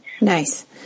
Nice